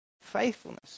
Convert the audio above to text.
faithfulness